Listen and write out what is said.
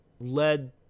led